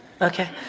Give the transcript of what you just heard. Okay